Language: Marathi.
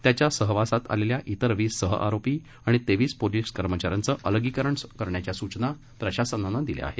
त्याच्या सहवासात आलेल्या इतर वीस सहआरोपी आणि तेवीस पोलिस कर्मचाऱ्यांचं अलगीकरण करण्याच्या सूचना प्रशासनानं दिल्या आहेत